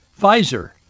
Pfizer